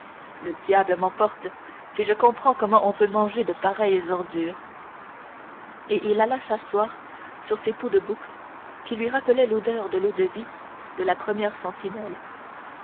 le diable m'emporte si je comprends comment on peut manger de pareilles ordures et il alla s'asseoir sur ses peaux de bouc qui lui rappelaient l'odeur de l'eau-de-vie de la première sentinelle